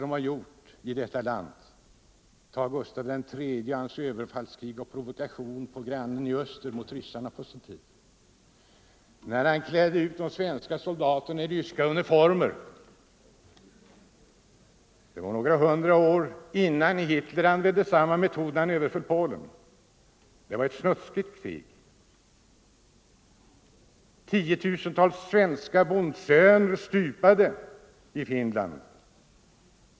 Men låt oss ta Gustav III och hans överfallskrig och provokation mot grannen i öster, ryssarna på sin tid! Han klädde vid det tillfället ut de svenska soldaterna i ryska uniformer. Det var några hundra år innan Hitler använde samma metod när han överföll Polen. Det var ett snuskigt krig. Tiotusentals svenska bondsöner stupade i Finland.